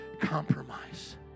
compromise